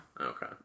Okay